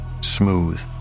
Smooth